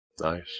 nice